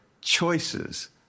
choices